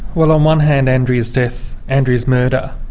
well on one hand andrea's death, andrea's murder,